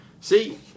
See